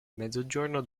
mezzogiorno